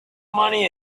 money